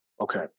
okay